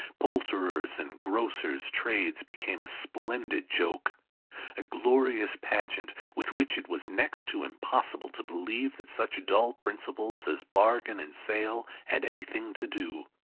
poulterers' and grocers' trades became a splendid joke a glorious pageant, with which it was next to impossible to believe that such dull principles as bargain and sale had anything to do.